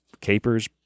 Capers